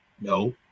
No